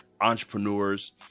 entrepreneurs